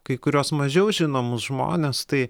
kai kuriuos mažiau žinomus žmones tai